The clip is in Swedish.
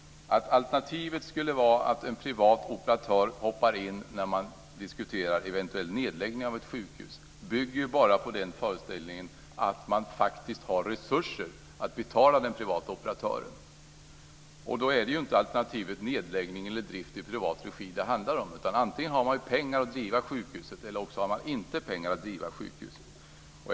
Att alternativet skulle vara att en privat operatör hoppar in när man diskuterar en eventuell nedläggning av ett sjukhus bygger bara på föreställningen att man faktiskt har resurser att betala den private operatören. Då är det inte alternativet nedläggning eller drift i privat regi som det handlar om, utan antingen har man pengar för att driva sjukhuset eller också har man inte pengar för att driva sjukhuset.